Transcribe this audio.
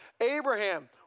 Abraham